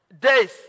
days